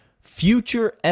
future